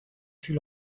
fut